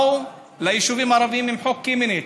באו ליישובים הערביים עם חוק קמיניץ: